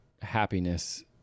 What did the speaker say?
happiness